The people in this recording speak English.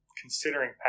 considering